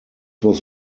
was